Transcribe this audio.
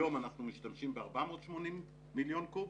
היום אנחנו משתמשים ב-480 מיליון קוב,